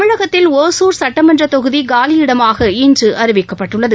தமிழகத்தில் ஒசூர் சட்டமன்றத் தொகுதி காலியிடமாக இன்று அறிவிக்கப்பட்டுள்ளது